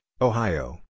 Ohio